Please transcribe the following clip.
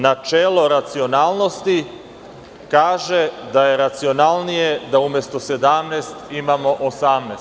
Načelo racionalnosti kaže da je racionalnije da umesto 17 imamo 18.